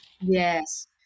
Yes